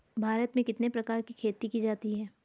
भारत में कितने प्रकार की खेती की जाती हैं?